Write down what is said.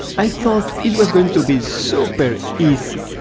i thought it was going to be super easy